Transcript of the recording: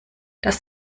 das